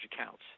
accounts